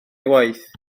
waith